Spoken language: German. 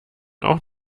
auch